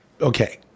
Okay